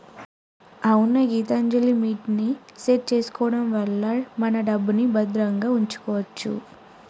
అవునే గీతాంజలిమిట్ ని సెట్ చేసుకోవడం వల్ల మన డబ్బుని భద్రంగా ఉంచుకోవచ్చు